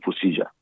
procedure